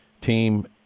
team